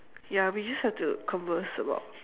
ya we just have to converse about